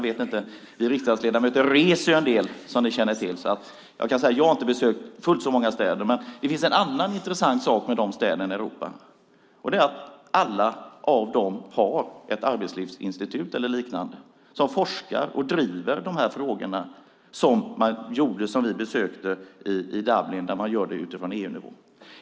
Vi riksdagsledamöter reser en del, som ni känner till. Jag har inte besökt fullt så många städer. Men det finns en annan sak som är intressant med dessa städer i Europa, och det är att alla har ett arbetslivsinstitut eller liknande som forskar om och driver dessa frågor. Det gäller till exempel det institut som vi besökte i Dublin där man gör det på EU-nivå.